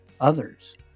others